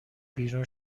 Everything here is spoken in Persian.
بیرون